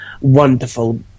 wonderful